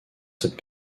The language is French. cette